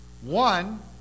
One